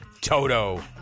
Toto